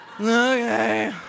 Okay